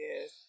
Yes